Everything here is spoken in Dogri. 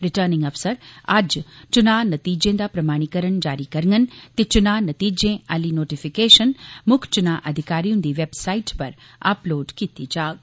रिटर्निंग अफसर अज्ज चुना नतीजें दा प्रमाणीकरण जारी करंडन ते चुनां नतीजें आली नोटिफिकेशन मुक्ख चुनां अधिकारी हुंदी वेबसाइट पर अपलोड कीती जाग